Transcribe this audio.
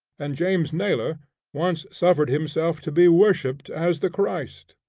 and james naylor once suffered himself to be worshipped as the christ.